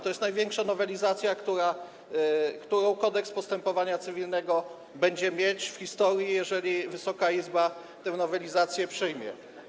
To jest największa nowelizacja, jaką Kodeks postępowania cywilnego będzie mieć w historii, jeżeli Wysoka Izba tę nowelizację przyjmie.